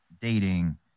dating